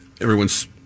everyone's